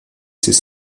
ses